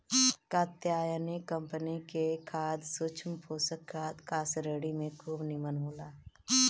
Katyayani company के खाद सूक्ष्म पोषक खाद का श्रेणी में खूब निमन होला